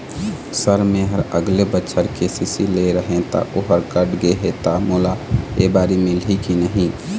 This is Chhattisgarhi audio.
सर मेहर अगले बछर के.सी.सी लेहे रहें ता ओहर कट गे हे ता मोला एबारी मिलही की नहीं?